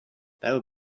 would